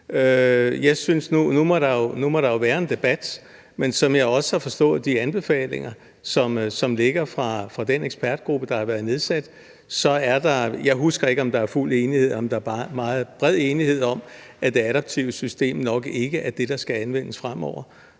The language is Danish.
man sige. Nu må der jo være en debat, synes jeg, men som jeg også har forstået de anbefalinger, som ligger fra den ekspertgruppe, der har været nedsat, så er der en enighed – jeg husker ikke, om der er fuld enighed, eller om der bare er meget bred enighed – om, at det adaptive system nok ikke er det, der skal anvendes fremover.